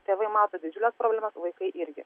tėvai mato didžiules problemas vaikai irgi